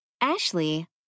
Ashley